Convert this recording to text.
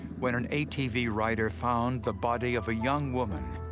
when an atv rider found the body of a young woman.